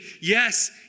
Yes